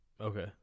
Okay